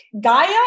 Gaia